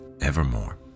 evermore